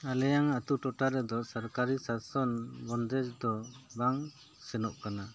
ᱟᱞᱮᱭᱟᱜ ᱟᱛᱳ ᱴᱚᱴᱷᱟ ᱨᱮᱫᱚ ᱥᱚᱨᱠᱟᱨᱤ ᱥᱟᱥᱚᱱ ᱵᱚᱱᱫᱮᱡ ᱫᱚ ᱵᱟᱝ ᱥᱮᱱᱚᱜ ᱠᱟᱱᱟ